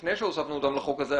שלפני שהוספנו אותם לחוק הזה,